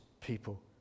people